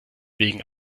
wegen